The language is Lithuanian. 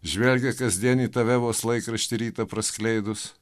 žvelgia kasdien į tave vos laikraštį rytą praskleidus